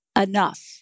enough